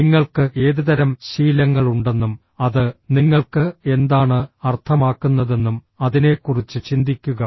നിങ്ങൾക്ക് ഏതുതരം ശീലങ്ങളുണ്ടെന്നും അത് നിങ്ങൾക്ക് എന്താണ് അർത്ഥമാക്കുന്നതെന്നും അതിനെക്കുറിച്ച് ചിന്തിക്കുക